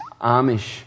Amish